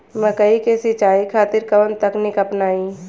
मकई के सिंचाई खातिर कवन तकनीक अपनाई?